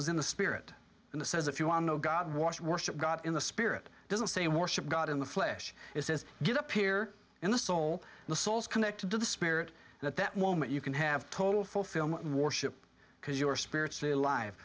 was in the spirit and the says if you want to know god watch worship god in the spirit doesn't say worship god in the flesh it says get up here in the soul the soul is connected to the spirit at that moment you can have total fulfillment warship because your spirit stay alive